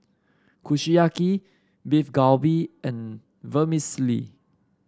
Kushiyaki Beef Galbi and Vermicelli